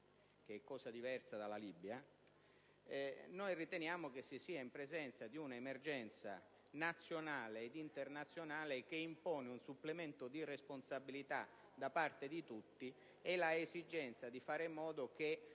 che è cosa diversa dalla Libia, riteniamo che si sia in presenza di un'emergenza nazionale ed internazionale che impone un supplemento di responsabilità da parte di tutti, nonché l'esigenza di fare in modo che